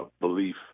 belief